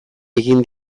egin